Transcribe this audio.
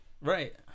Right